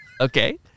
Okay